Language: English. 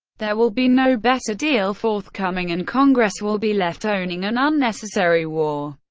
there will be no better deal forthcoming and congress will be left owning an unnecessary war.